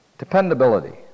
Dependability